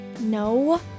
No